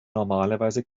normalerweise